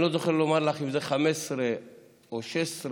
אני לא זוכר לומר לך אם זה 2015 או 2016,